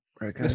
Right